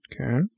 Okay